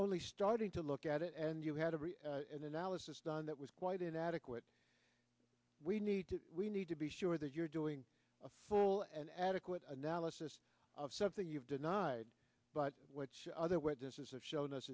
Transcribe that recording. only starting to look at it and you had an analysis done that was quite inadequate we need to we need to be sure that you're doing a full and adequate analysis of something you've denied but what other witnesses have shown us